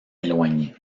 éloigné